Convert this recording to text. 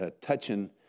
touching